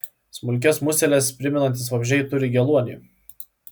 smulkias museles primenantys vabzdžiai turi geluonį